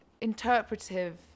Interpretive